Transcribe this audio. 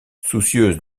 soucieuse